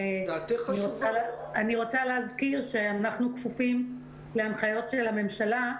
אני רוצה להזכיר שאנחנו כפופים להנחיות של הממשלה,